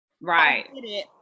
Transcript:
Right